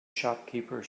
shopkeeper